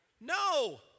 No